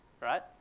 right